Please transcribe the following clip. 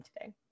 today